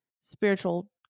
spiritual